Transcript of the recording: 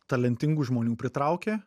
talentingų žmonių pritraukė